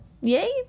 yay